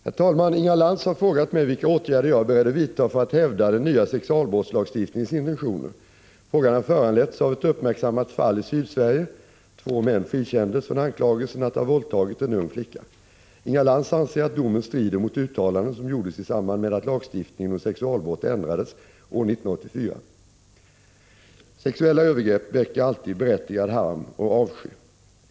Herr talman! Inga Lantz har frågat mig vilka åtgärder jag är beredd att vidta för att hävda den nya sexualbrottslagstiftningens intentioner. Frågan har föranletts av ett uppmärksammat fall i Sydsverige; två män frikändes från anklagelsen att ha våldtagit en ung flicka. Inga Lantz anser att domen strider mot uttalanden som gjordes i samband med att lagstiftningen om sexualbrott ändrades år 1984. Sexuella övergrepp väcker alltid berättigad harm och avsky.